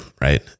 right